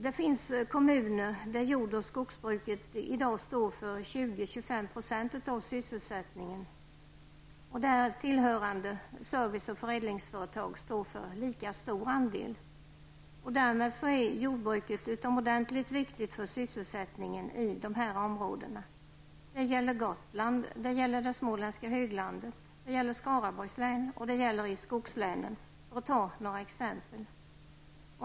Det finns kommuner där jord och skogsbruket i dag står för 20--25 % av sysselsättningen och där tillhörande service och förädlingsföretag står för lika stor andel. Därmed är jordbruket utomordentligt viktigt för sysselsättningen i dessa områden. Detta gäller Gotland, det småländska höglandet, Skaraborgs län och skogslänen, för att nu ta några exempel.